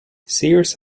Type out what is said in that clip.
sears